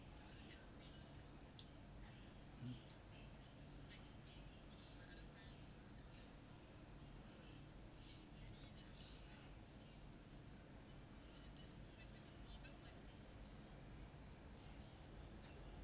mm